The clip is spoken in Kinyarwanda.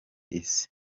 isi